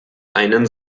einen